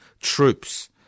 troops